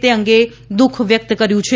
તે અંગે દુખ વ્યક્ત કર્યું છે